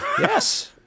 yes